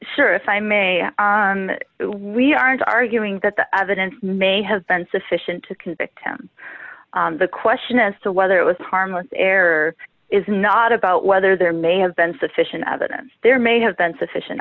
sure if i may we aren't arguing that the evidence may have been sufficient to convict him the question as to whether it was harmless error is not about whether there may have been sufficient evidence there may have been sufficient